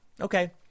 Okay